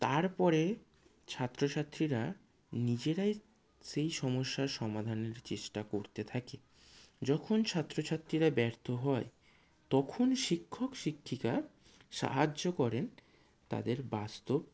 তারপরে ছাত্র ছাত্রীরা নিজেরাই সেই সমস্যা সমাধানের চেষ্টা করতে থাকে যখন ছাত্র ছাত্রীরা ব্যর্থ হয় তখন শিক্ষক শিক্ষিকা সাহায্য করেন তাদের বাস্তব